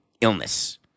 illness